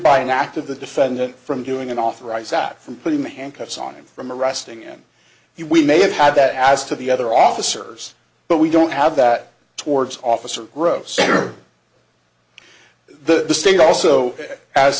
by an act of the defendant from doing an authorized that from putting the handcuffs on him from arresting him he we may have had that as to the other officers but we don't have that towards officer gross the state also as